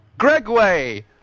Gregway